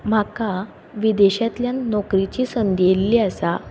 म्हाका विदेशांतल्यान नोकरेची संदी येल्ली आसा